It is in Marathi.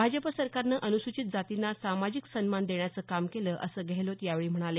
भाजप सरकारनं अनुसूचित जातींना सामाजिक सन्मान देण्याचं काम केलं असं गेहलोत यावेळी म्हणाले